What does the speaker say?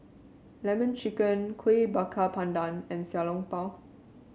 lemon chicken Kuih Bakar Pandan and Xiao Long Bao